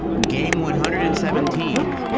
game one hundred and seventeen,